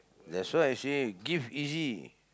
that's why I say give easy